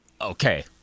Okay